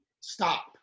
stop